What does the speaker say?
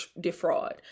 defraud